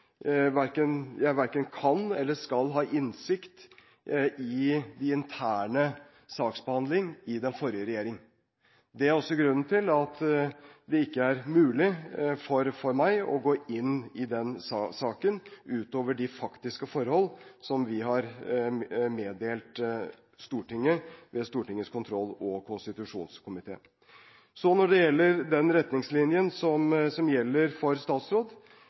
verken kan eller skal – det vil jeg understreke – ha innsikt i intern saksbehandling i den forrige regjering. Det er grunnen til at det ikke er mulig for meg å gå inn i denne saken utover de faktiske forhold, som vi har meddelt Stortinget ved Stortingets kontroll- og konstitusjonskomité. Når det gjelder Retningslinjer Om Statsråd,